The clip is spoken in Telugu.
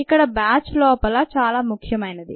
ఇక్కడ బ్యాచ్ లోపల చాలా ముఖ్యమైనది